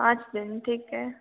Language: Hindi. पाँच दिन ठीक है